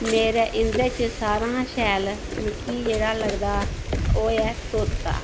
मेरे इंदे च सारे कोला शैल मिकी जेहडा लगदा ओह ऐ तोता